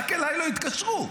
רק אליי לא התקשרו.